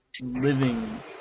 living